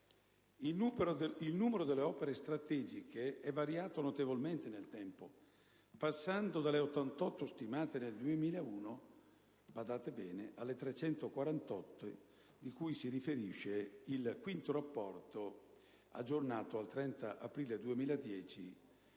Il numero di opere strategiche è variato notevolmente nel tempo, passando dalle 88 stimate nel 2001 alle 348 cui si riferisce il V Rapporto, aggiornato al 30 aprile 2010,